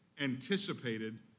anticipated